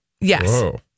Yes